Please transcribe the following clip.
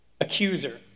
Accuser